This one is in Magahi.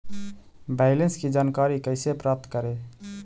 बैलेंस की जानकारी कैसे प्राप्त करे?